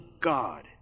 God